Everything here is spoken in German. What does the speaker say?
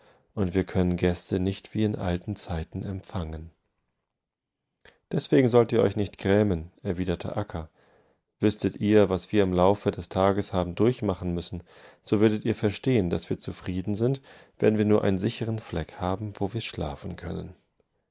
und wir können gäste nicht wie in alten zeiten empfangen deswegen sollt ihr euch nicht grämen erwiderte akka wüßtet ihr was wir im laufe des tages haben durchmachen müssen so würdet ihr verstehen daß wir zufrieden sind wenn wir nur einen sicheren fleckhaben wowirschlafenkönnen als